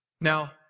Now